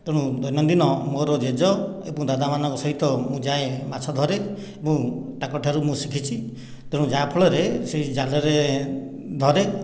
ତେଣୁ ଦୈନନ୍ଦିନ ମୋର ଜେଜ ଏବଂ ଦାଦାମାନଙ୍କ ସହିତ ମୁଁ ଯାଏ ମାଛ ଧରେ ଏବଂ ତାଙ୍କଠାରୁ ମୁଁ ଶିଖିଛି ତେଣୁ ଯାହାଫଳରେ ସେ ଜାଲରେ ଧରେ